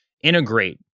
integrate